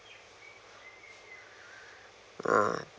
uh